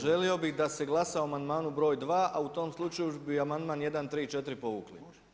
Želio bih da se glasa o amandmanu br. 2 a u tom slučaju bi amandman 1, 3, 4 povukli.